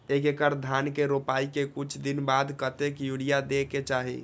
एक एकड़ धान के रोपाई के कुछ दिन बाद कतेक यूरिया दे के चाही?